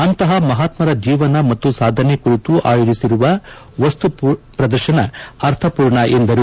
ಅಂತಹ ಮಹಾತ್ಮರ ಜೀವನ ಮತ್ತು ಸಾಧನೆ ಕುರಿತು ಆಯೋಜಿಸಿರುವ ವಸ್ತು ಪ್ರದರ್ಶನ ಅರ್ಥಪೂರ್ಣ ಎಂದರು